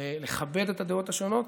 ולכבד את הדעות השונות.